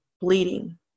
bleeding